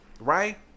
Right